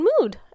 mood